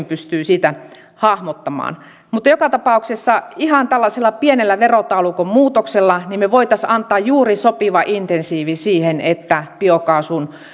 pystyy helpommin hahmottamaan mutta joka tapauksessa ihan tällaisella pienellä verotaulukon muutoksella me voisimme antaa juuri sopivan insentiivin siihen että biokaasun